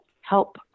help